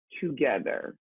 together